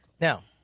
Now